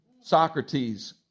Socrates